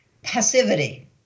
passivity